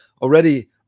already